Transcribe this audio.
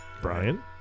Brian